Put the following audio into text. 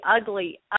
ugly